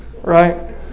right